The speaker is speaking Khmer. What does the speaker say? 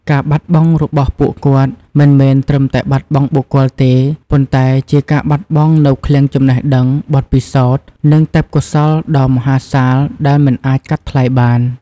ការបាត់បង់របស់ពួកគាត់មិនមែនត្រឹមតែបាត់បង់បុគ្គលទេ ប៉ុន្តែជាការបាត់បង់នូវឃ្លាំងចំណេះដឹង បទពិសោធន៍ និងទេពកោសល្យដ៏មហាសាលដែលមិនអាចកាត់ថ្លៃបាន។